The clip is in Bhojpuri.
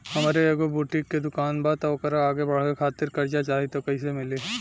हमार एगो बुटीक के दुकानबा त ओकरा आगे बढ़वे खातिर कर्जा चाहि त कइसे मिली?